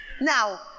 Now